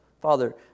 Father